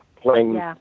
playing